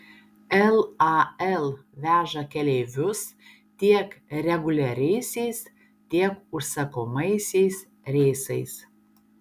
lal veža keleivius tiek reguliariaisiais tiek užsakomaisiais reisais